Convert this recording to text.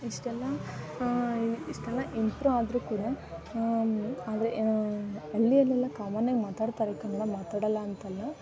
ಇಷ್ಟೆಲ್ಲ ಇಷ್ಟೆಲ್ಲ ಇಂಪ್ರೂ ಆದರೂ ಕೂಡ ಆದರೆ ಹಳ್ಳಿಯಲ್ಲೆಲ್ಲ ಕಾಮನ್ನಾಗಿ ಮಾತಾಡ್ತಾರೆ ಕನ್ನಡ ಮಾತಾಡೋಲ್ಲ ಅಂತಲ್ಲ